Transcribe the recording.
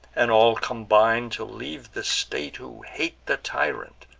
and all combine to leave the state, who hate the tyrant,